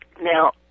Now